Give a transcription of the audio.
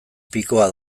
pikoa